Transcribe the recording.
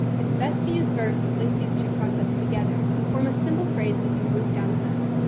it's best to use verbs that link these two concepts together and form a simple phrase as you move down the map.